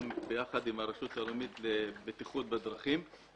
גם ביחד עם הרשות הלאומית לבטיחות בדרכים,